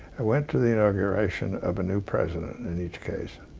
i went to the inauguration of a new president in each case.